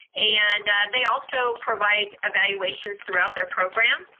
and they also provide evaluations throughout their program.